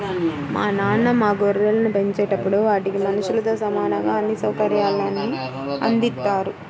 మా నాన్న మా గొర్రెలను పెంచేటప్పుడు వాటికి మనుషులతో సమానంగా అన్ని సౌకర్యాల్ని అందిత్తారు